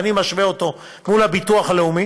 ואני משווה אותו מול הביטוח הלאומי,